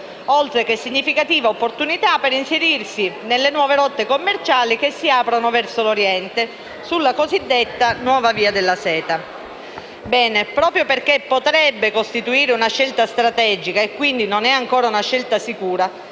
oltre che una significativa opportunità per inserirsi nelle nuove rotte commerciali che si aprono verso l'Oriente, sulla cosiddetta nuova via della seta. Bene, proprio perché «potrebbe» costituire una scelta strategica - e quindi non è ancora una scelta sicura